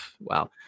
Wow